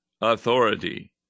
authority